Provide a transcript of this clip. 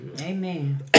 Amen